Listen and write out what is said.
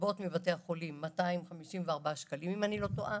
לגבות מבתי החולים 254 שקלים, אם אני לא טועה.